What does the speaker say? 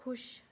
ख़ुश